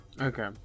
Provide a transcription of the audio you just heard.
Okay